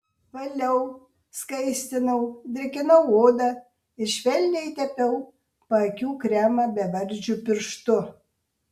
valiau skaistinau drėkinau odą ir švelniai tepiau paakių kremą bevardžiu pirštu